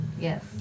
Yes